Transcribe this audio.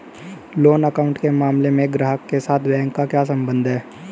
Loan account के मामले में ग्राहक के साथ बैंक का क्या संबंध है?